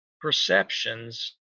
perceptions